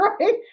Right